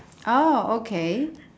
oh okay